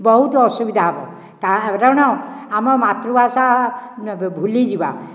ବହୁତ ଅସୁବିଧା ହେବ କାରଣ ଆମ ମାତୃଭାଷା ଭୁଲିଯିବା